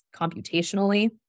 computationally